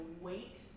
wait